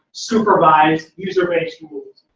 supervised, user-based rules?